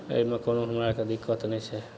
एहिमे कोनो हमरा आओरके दिक्कत नहि छै